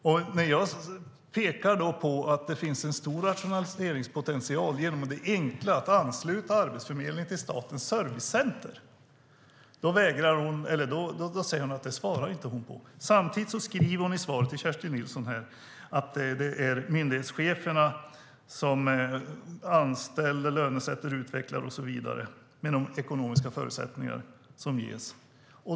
När jag pekar på att det finns en stor rationaliseringspotential genom det enkla att ansluta Arbetsförmedlingen till Statens servicecenter säger ministern att hon inte svarar på det. Samtidigt säger hon i interpellationssvaret till Kerstin Nilsson att det är myndighetscheferna som anställer, lönesätter, utvecklar och så vidare med de ekonomiska förutsättningar som ges.